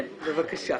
כן, בבקשה.